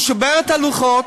הוא שובר את הלוחות,